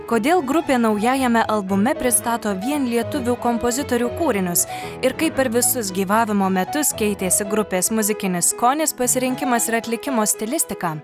kodėl grupė naujajame albume pristato vien lietuvių kompozitorių kūrinius ir kaip per visus gyvavimo metus keitėsi grupės muzikinis skonis pasirinkimas ir atlikimo stilistika